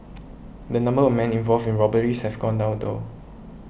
the number of men involved in robberies have gone down though